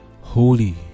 Holy